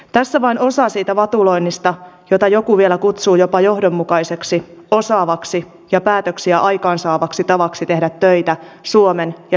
tässä vain osa siitä vatuloinnista jota joku vielä kutsuu jopa johdonmukaiseksi osaavaksi ja päätöksiä aikaansaavaksi tavaksi tehdä töitä suomen ja suomalaisten eteen